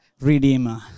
Redeemer